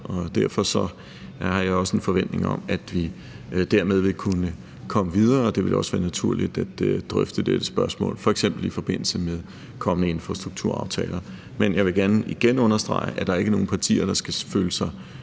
år. Derfor har jeg også en forventning om, at vi dermed vil kunne komme videre. Det vil også være naturligt at drøfte dette spørgsmål f.eks. i forbindelse med kommende infrastrukturaftaler. Men jeg vil gerne igen understrege, at der ikke er nogen partier, der skal føle sig